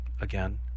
again